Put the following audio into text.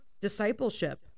discipleship